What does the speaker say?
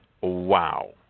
Wow